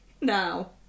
now